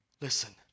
Listen